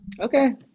Okay